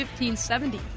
1570